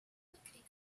quickly